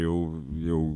jau jau